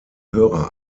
hörer